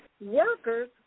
workers